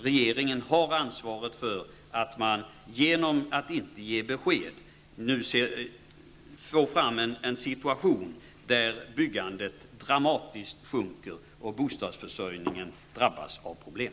Regeringen har ansvaret för att man genom att inte ge besked nu får en situation där byggandet dramatiskt sjunker och bostadsförsörjningen drabbas av problem.